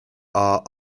are